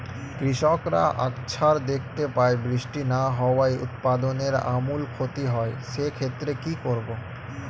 কৃষকরা আকছার দেখতে পায় বৃষ্টি না হওয়ায় উৎপাদনের আমূল ক্ষতি হয়, সে ক্ষেত্রে কি করব?